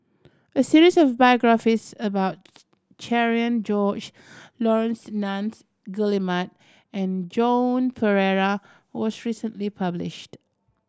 a series of biographies about Cherian George Laurence Nunns Guillemard and Joan Pereira was recently published